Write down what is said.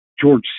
George